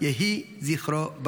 יהי זכרו ברוך.